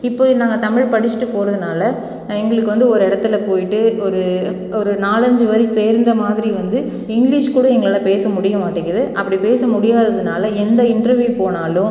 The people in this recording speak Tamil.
இப்போவே நாங்கள் தமிழ் படிச்சுட்டு போகிறதுனால எங்களுக்கு வந்து ஒரு இடத்துல போய்விட்டு ஒரு ஒரு நாலஞ்சு வரி சேர்ந்த மாதிரி வந்து இங்கிலீஷ் கூட எங்களால் பேச முடிய மாட்டேங்குது அப்படி பேச முடியாததுனால் எந்த இன்ட்ரவியூ போனாலும்